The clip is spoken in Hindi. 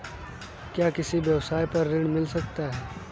क्या किसी व्यवसाय पर ऋण मिल सकता है?